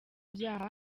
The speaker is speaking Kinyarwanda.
ibyaha